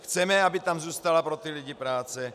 Chceme, aby tam zůstala pro ty lidi práce.